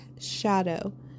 shadow